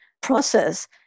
process